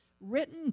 written